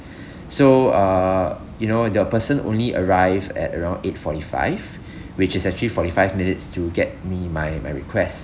so uh you know the person only arrive at around eight forty five which is actually forty five minutes to get me my my request